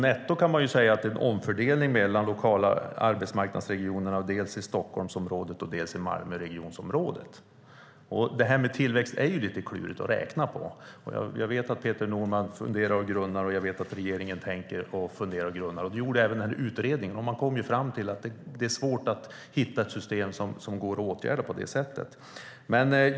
Netto är det en omfördelning mellan de lokala arbetsmarknadsregionerna i Stockholmsområdet och Malmöområdet. Det är lite klurigt att räkna på tillväxt. Jag vet att Peter Norman funderar och grunnar och jag vet att regeringen funderar och grunnar. Det gjorde utredningen också. Man kom fram till att det är svårt att hitta ett system som går att åtgärda.